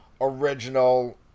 original